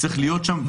צריך להיות שם.